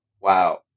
Wow